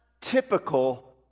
typical